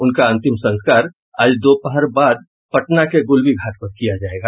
उनका अंतिम संस्कार आज दोपहर बाद पटना के गूलबीघाट पर किया जायेगा